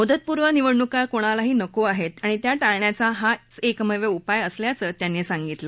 मुदतपूर्व निवडणुका कोणालाही नको आहेत आणि त्या टाळण्याचा हाच एकमेव उपाय आहे असं त्यांनी सांगितलं